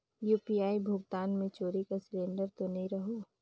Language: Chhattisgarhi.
यू.पी.आई भुगतान मे चोरी कर सिलिंडर तो नइ रहु?